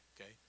okay